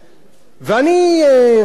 ואני ראיתי כאן,